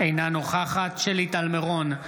אינה נוכחת שלי טל מירון,